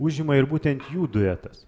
užima ir būtent jų duetas